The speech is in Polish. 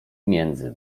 między